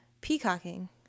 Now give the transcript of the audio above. peacocking